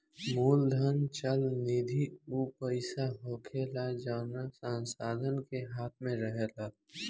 मूलधन चल निधि ऊ पईसा होखेला जवना संस्था के हाथ मे रहेला